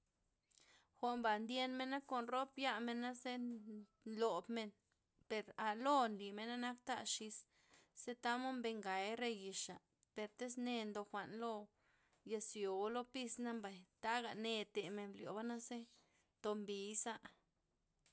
Jwa'nba ndyen mena' kon rob yamen naze nn- nlobmen, per aloo limena'na nakta a xis ze tamod mben gay' re yixa', per tiz ne ndo jwa'n lo yezio o lo pisna mbay taga ne temen lyoba'naze tombii'za'.